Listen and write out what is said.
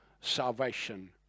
salvation